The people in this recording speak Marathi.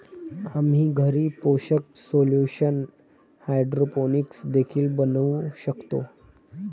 आम्ही घरी पोषक सोल्यूशन हायड्रोपोनिक्स देखील बनवू शकतो